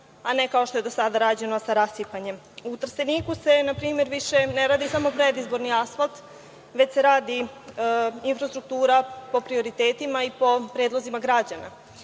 a ne kao što je do sada rađeno, sa rasipanjem.U Trsteniku se, na primer, više ne radi samo predizborni asfalt, već se radi infrastruktura po prioritetima i po predlozima građana.